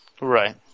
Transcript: right